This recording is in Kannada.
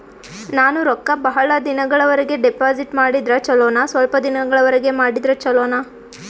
ನಾನು ರೊಕ್ಕ ಬಹಳ ದಿನಗಳವರೆಗೆ ಡಿಪಾಜಿಟ್ ಮಾಡಿದ್ರ ಚೊಲೋನ ಸ್ವಲ್ಪ ದಿನಗಳವರೆಗೆ ಮಾಡಿದ್ರಾ ಚೊಲೋನ?